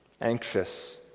anxious